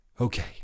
Okay